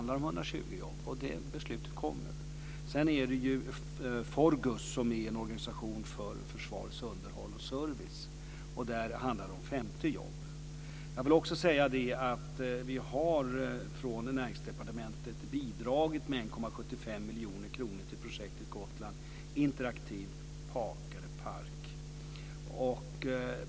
Det beslutet kommer. Sedan har vi ju FORGUS, som är en organisation för försvarets underhåll och service. Där handlar det om 50 Från Näringsdepartementet har vi också bidragit med 1,75 miljoner kronor till projektet Gotland Interactive Park.